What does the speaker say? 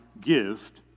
gift